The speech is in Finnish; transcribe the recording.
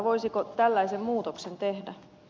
voisiko tällaisen muutoksen tehdä